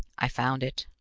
i found it.